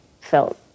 felt